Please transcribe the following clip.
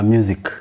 Music